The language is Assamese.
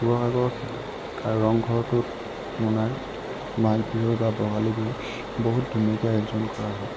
শিৱসাগৰৰ আৰু ৰংঘৰটোত মনাই মাঘ বিহু বা ভোগালী বিহুত বহুত ধুনীয়াকৈ আয়োজন কৰা হয়